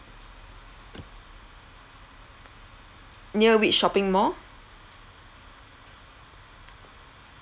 near which shopping mall